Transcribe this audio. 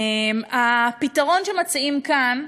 הפתרון שמציעים כאן,